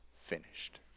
finished